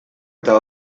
eta